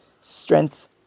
strength